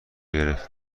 گرفت